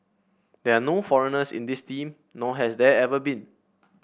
there are no foreigners in this team nor has there ever been